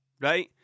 right